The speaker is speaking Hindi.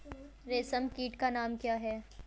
रेशम कीट का नाम क्या है?